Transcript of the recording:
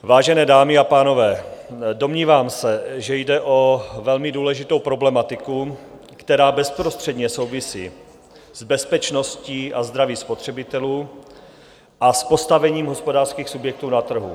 Vážené dámy a pánové, domnívám se, že jde o velmi důležitou problematiku, která bezprostředně souvisí s bezpečností a zdravím spotřebitelů a s postavením hospodářských subjektů na trhu.